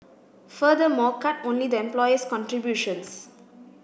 furthermore cut only the employer's contributions